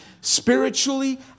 spiritually